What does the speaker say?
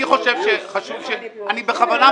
אני אפתיע.